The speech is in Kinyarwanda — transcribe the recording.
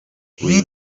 uyu